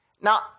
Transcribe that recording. Now